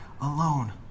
alone